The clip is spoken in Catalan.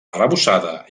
arrebossada